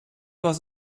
was